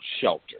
shelter